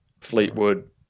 Fleetwood